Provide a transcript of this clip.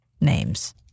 names